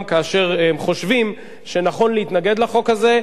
כאשר הם חושבים שנכון להתנגד לחוק הזה,